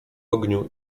ogniu